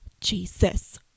Jesus